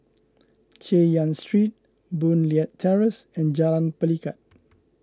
Chay Yan Street Boon Leat Terrace and Jalan Pelikat